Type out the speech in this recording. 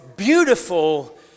beautiful